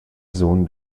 sohn